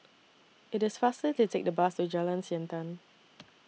IT IS faster to Take The Bus to Jalan Siantan